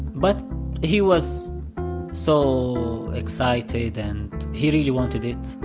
but he was so excited, and he really wanted it,